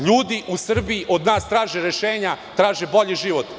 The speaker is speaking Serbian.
Ljudi u Srbiji od nas traže rešenja, traže bolji život.